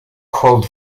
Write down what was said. called